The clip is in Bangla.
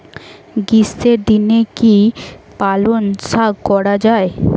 গ্রীষ্মের দিনে কি পালন শাখ করা য়ায়?